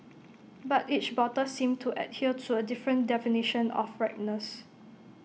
but each bottle seemed to adhere to A different definition of ripeness